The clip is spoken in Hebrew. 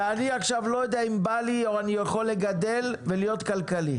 ואני עכשיו לא יודע אם בא לי או אם אני יכול לגדל ולהיות כלכלי,